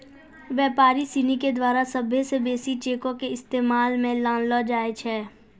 व्यापारी सिनी के द्वारा सभ्भे से बेसी चेको के इस्तेमाल मे लानलो जाय छै